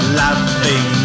laughing